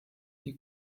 die